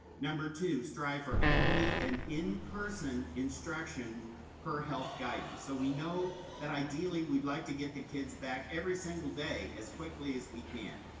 number two, strive for equity and in-person instruction per health guidance. so we know that ideally, we'd like to get the kids back every single day as quickly as we can.